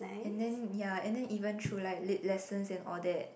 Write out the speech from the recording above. and then ya and then even true like lit lessons and all that